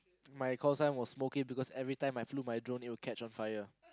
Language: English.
my callsign was smokey because every time I flew my drone it will catch on fire